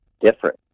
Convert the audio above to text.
different